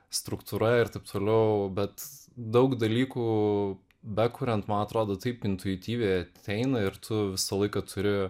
struktūra ir taip toliau bet daug dalykų bekuriant man atrodo taip intuityviai ateina ir tu visą laiką turi